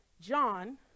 John